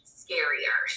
scarier